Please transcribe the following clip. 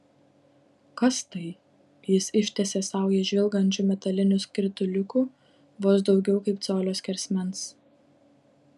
kas tai jis ištiesė saują žvilgančių metalinių skrituliukų vos daugiau kaip colio skersmens